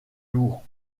lourd